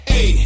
Hey